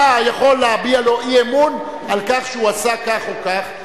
אתה יכול להביע לו אי-אמון על כך שהוא עשה כך או כך,